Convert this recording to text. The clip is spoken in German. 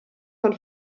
von